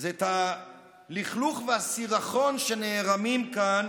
זה את הלכלוך והסירחון שנערמים כאן